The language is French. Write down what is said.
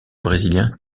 brésilien